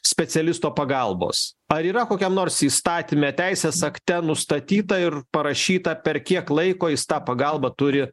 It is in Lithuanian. specialisto pagalbos ar yra kokiam nors įstatyme teisės akte nustatyta ir parašyta per kiek laiko jis tą pagalbą turi